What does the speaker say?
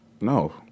No